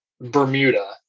Bermuda